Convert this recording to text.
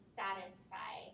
satisfy